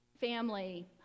family